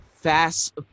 fast